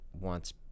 wants